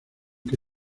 que